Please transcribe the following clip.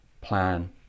plan